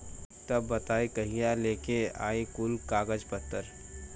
तब बताई कहिया लेके आई कुल कागज पतर?